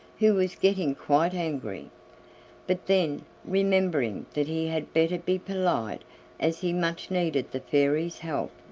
who was getting quite angry but then, remembering that he had better be polite as he much needed the fairy's help,